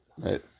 right